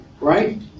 right